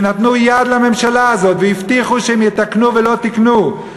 שנתנו יד לממשלה הזאת והבטיחו שהם יתקנו ולא תיקנו,